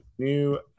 new